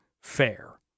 fair